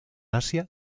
asia